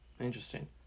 Interesting